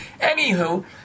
Anywho